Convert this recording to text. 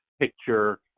picture